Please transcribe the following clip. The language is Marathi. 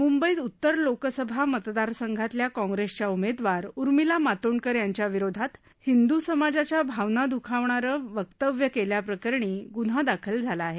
मुंबईत उत्तर लोकसभा मतदारसंघातल्या काँग्रेसच्या उमेदवार उर्मिला मातोंडकर यांच्याविरोधात हिंदू समाजाच्या भावना दुखवणारं वक्तव्य केल्याप्रकरणी गुन्हा दाखल करण्यात आला आहे